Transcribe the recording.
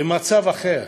למצב אחר.